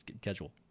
schedule